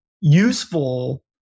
useful